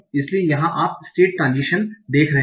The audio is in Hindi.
इसलिए यहां आप स्टेट ट्राजीशन देख रहे हैं